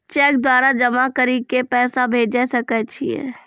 Cheque द्वारा जमा करि के पैसा भेजै सकय छियै?